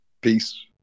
Peace